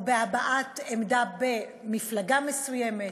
או בהבעת עמדה במפלגה מסוימת,